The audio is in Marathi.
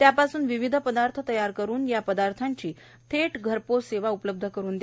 त्यापासून विविध पदार्थ तयार करुन या पदार्थांची थेट घरपोच सेवा उपलब्ध करुन द्यावी